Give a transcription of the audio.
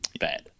Bad